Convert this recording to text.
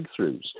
breakthroughs